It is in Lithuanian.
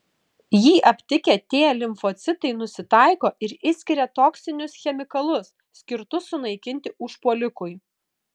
jį aptikę t limfocitai nusitaiko ir išskiria toksinius chemikalus skirtus sunaikinti užpuolikui